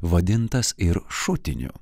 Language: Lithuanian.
vadintas ir šutiniu